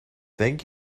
thank